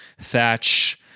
Thatch